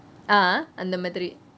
ah அந்த மாதிரி:antha mathiri